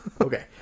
Okay